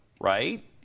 right